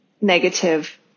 negative